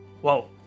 Whoa